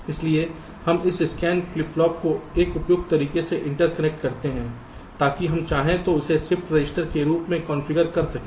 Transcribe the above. इसलिए हम इस स्कैन फ्लिप फ्लॉप को एक उपयुक्त तरीके से इंटरकनेक्ट करते हैं ताकि हम चाहें तो इसे शिफ्ट रजिस्टर के रूप में कॉन्फ़िगर कर सकें